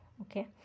okay